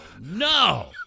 no